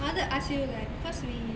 I wanted to ask you like cause we